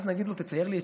ואז נגיד לו, תצייר לי את